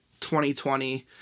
2020